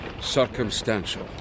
circumstantial